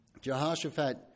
Jehoshaphat